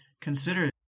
consider